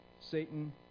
Satan